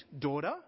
daughter